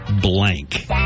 blank